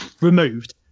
removed